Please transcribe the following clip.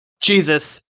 Jesus